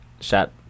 shot